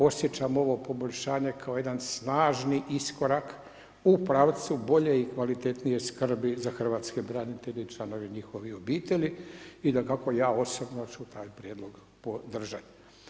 Osjećam ovo poboljšanje kao jedan snažni iskorak u pravcu bolje i kvalitetnije skrbi za hrvatske branitelje i članove njihovih obitelji i dakako ja osobno ću taj prijedlog podržati.